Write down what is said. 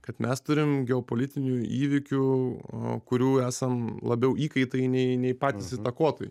kad mes turim geopolitinių įvykių kurių esam labiau įkaitai nei nei patys įtakotojai